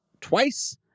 twice